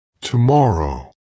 Tomorrow